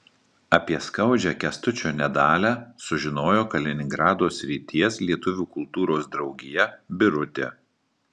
apie skaudžią kęstučio nedalią sužinojo kaliningrado srities lietuvių kultūros draugija birutė